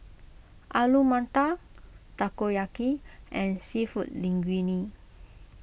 Alu Matar Takoyaki and Seafood Linguine